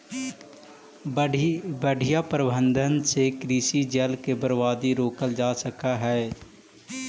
बढ़ियां प्रबंधन से कृषि जल के बर्बादी रोकल जा सकऽ हई